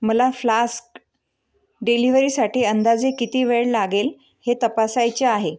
मला फ्लास्क डिलिव्हरीसाठी अंदाजे किती वेळ लागेल हे तपासायचे आहे